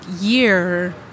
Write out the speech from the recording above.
year